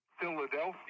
Philadelphia